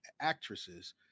actresses